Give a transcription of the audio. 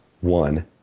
One